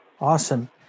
Awesome